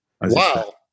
Wow